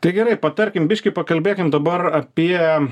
tai gerai patarkim biškį pakalbėkim dabar apie